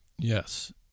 Yes